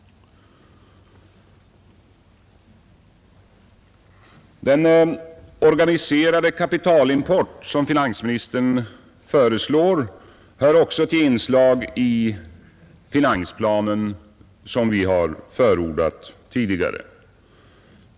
Den organiserade kapitalimport som finansministern föreslår hör också till inslag i finansplanen som vi förordat.